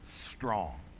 strong